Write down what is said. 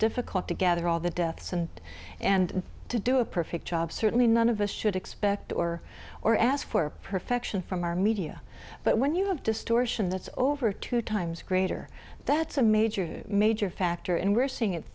difficult to gather all the deaths and and to do a perfect job certainly none of us should expect or or ask for perfection from our media but when you have distortion that's over two times greater that's a major major factor and we're seeing it